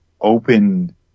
open